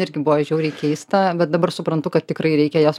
irgi buvo žiauriai keista bet dabar suprantu kad tikrai reikia jas